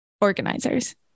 organizers